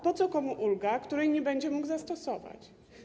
Po co komuś ulga, której nie będzie mógł zastosować?